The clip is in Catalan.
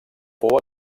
fou